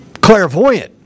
clairvoyant